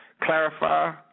clarify